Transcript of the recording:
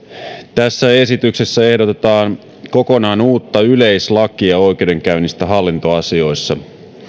tässä esityksessä ehdotetaan kokonaan uutta yleislakia oikeudenkäynnistä hallintoasioissa